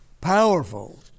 powerful